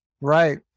Right